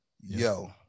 Yo